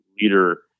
leader